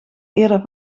eerder